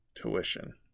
tuition